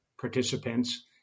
participants